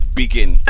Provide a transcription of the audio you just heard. begin